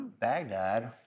Baghdad